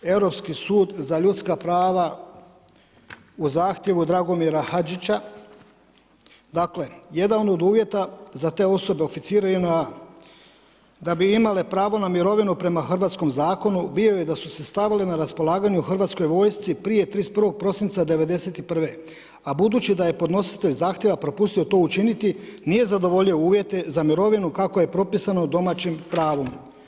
Europski sud za ljudska prava u zahtjevu Dragomira Hadžića, dakle jedan od uvjeta za te osobe oficire JNA da bi imale pravo na mirovinu prema hrvatskom zakonu bio je da su se stavili na raspolaganje Hrvatskoj vojsci prije 31. prosinca 91., a budući da je podnositelj zahtjeva propustio to učiniti nije zadovoljio uvjete za mirovinu kako je propisano u domaćem pravu.